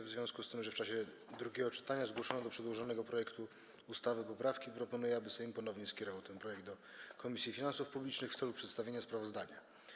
W związku z tym, że w czasie drugiego czytania zgłoszono do przedłożonego projektu ustawy poprawki, proponuję, aby Sejm ponownie skierował ten projekt do Komisji Finansów Publicznych w celu przedstawienia sprawozdania.